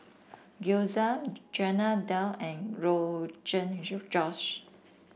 Gyoza Chana Dal and Rogan Josh